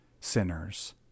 sinners